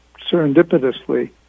serendipitously